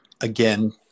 Again